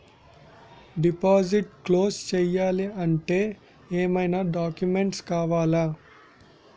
Deposit close చేయాలి అంటే ఏమైనా డాక్యుమెంట్స్ కావాలా?